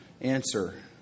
answer